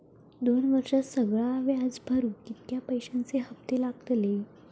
दोन वर्षात सगळा व्याज भरुक कितक्या पैश्यांचे हप्ते लागतले?